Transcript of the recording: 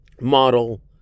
model